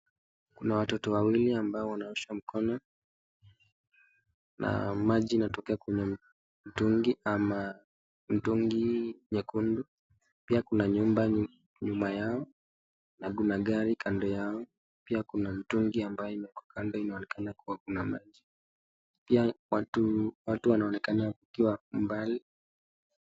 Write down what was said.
Kuna watoto wawili ambao wanaosha mkono na maji inatoka kwenye mtungi ama mtungi nyekundu pia kuna nyumba nyuma yao na kuna gari kando yao pia kuna mtungi ambayo imewekwa kando inaonekana kuwa kuna maji pia watu wanaonekana wakiwa mbali.